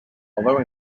although